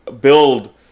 build